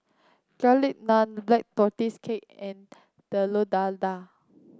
Garlic Naan Black Tortoise Cake and Telur Dadah